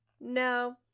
No